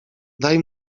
daj